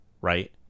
Right